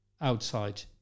outside